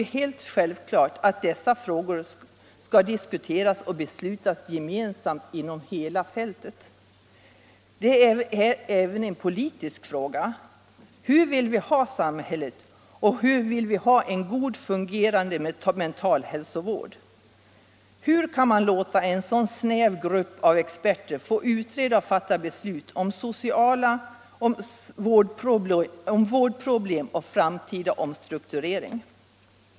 Det är helt självklart att dessa frågor skall diskuteras och beslut fattas gemensamt inom hela fältet. Detta är även en politisk fråga. Hur vill vi ha samhället och hur vill vi ha en god, fungerande mentalhälsovård? Hur kan man låta en så snäv grupp av experter få utreda och fatta beslut om vårdproblem och framtida omstrukturering?